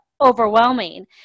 overwhelming